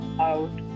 out